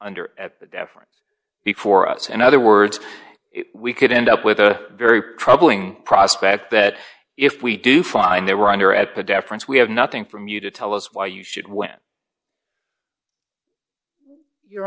under the deference before us in other words we could end up with a very troubling prospect that if we do find there we're under at the difference we have nothing from you to tell us why you should when